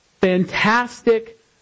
fantastic